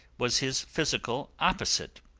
was his physical opposite,